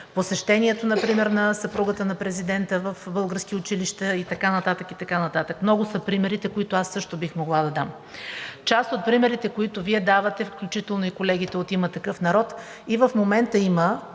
посещението например на съпругата на президента в български училища и така нататък. Много са примерите, които аз също бих могла да дам. Част от примерите, които Вие давате, включително и колегите от „Има такъв народ“ – и в момента има